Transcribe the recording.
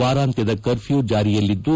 ವಾರಾಂತ್ಯದ ಕರ್ಫ್ಯೂ ಜಾರಿಯಲ್ಲಿದ್ದು